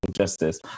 justice